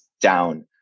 down